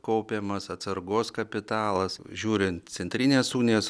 kaupiamas atsargos kapitalas žiūrint centrinės unijos